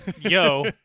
Yo